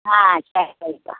ஆ சரி சரிப்பா